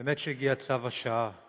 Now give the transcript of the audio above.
באמת צו השעה.